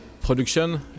production